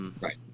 Right